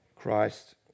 Christ